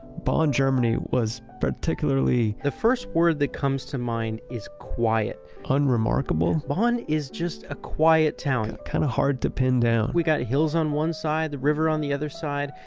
bonn, germany was particularly, the first word that comes to mind is quiet unremarkable? bonn is just a quiet town kind of hard to pin down we got hills on one side, the river on the other side.